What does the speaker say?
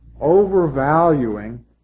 overvaluing